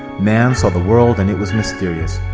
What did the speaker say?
man saw the world, and it was mysterious.